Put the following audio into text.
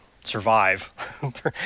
survive